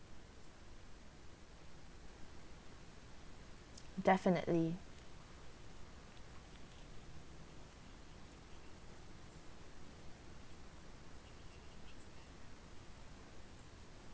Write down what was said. definitely